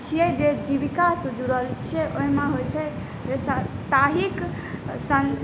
छिए जे जीविकासँ जुड़ल छै ओहिमे होइ छै जे साप्ताहिक सन